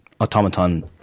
automaton